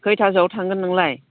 खैथासोआव थांगोन नोंलाय